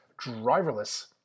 driverless